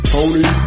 Tony